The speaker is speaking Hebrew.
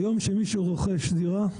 היום, כשמישהו רוכש דירה,